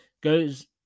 goes